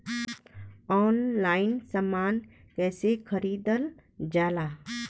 Online समान कैसे खरीदल जाला?